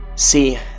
See